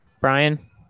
Brian